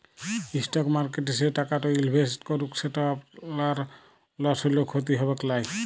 stock মার্কেটে সে টাকাট ইলভেসেট করুল যেট আপলার লস হ্যলেও খ্যতি হবেক লায়